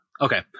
Okay